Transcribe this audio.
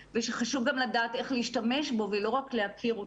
ושחשוב גם לדעת איך להשתמש בו ולא רק להכיר אותו.